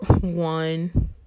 one